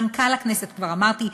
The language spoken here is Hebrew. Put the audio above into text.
מנכ"ל הכנסת, כבר אמרתי,